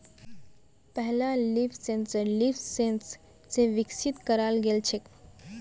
पहला leaf sensor LeafSens स विकसित कराल गेल छेक